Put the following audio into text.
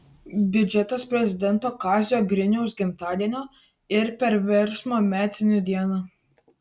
biudžetas prezidento kazio griniaus gimtadienio ir perversmo metinių dieną